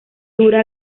dura